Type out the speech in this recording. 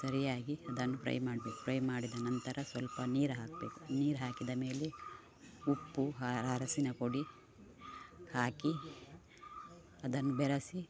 ಸರಿಯಾಗಿ ಅದನ್ನು ಪ್ರೈ ಮಾಡ್ಬೇಕು ಫ್ರೈ ಮಾಡಿದ ನಂತರ ಸ್ವಲ್ಪ ನೀರು ಹಾಕಬೇಕು ನೀರು ಹಾಕಿದ ಮೇಲೆ ಉಪ್ಪು ಅರಶಿನಪುಡಿ ಹಾಕಿ ಅದನ್ನು ಬೆರಸಿ